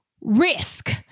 risk